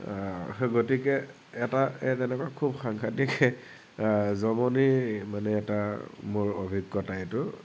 সেই গতিকে এটা এনেকুৱা খুব সাংঘাটিক জমনি মানে এটা মোৰ অভিজ্ঞতা এইটো